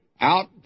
out